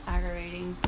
Aggravating